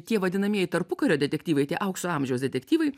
tie vadinamieji tarpukario detektyvai tie aukso amžiaus detektyvai